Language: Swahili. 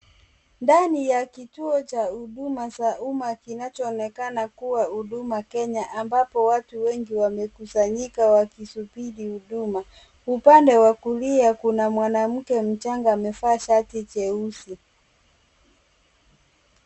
Ndani ya kituo cha huduma za umma kinachoonekana kuwa Huduma Kenya ambapo watu wengi wamekusanyika wakisubiri huduma. Upande wa kulia kuna mwanamke mchanga amevaa shati jeusi.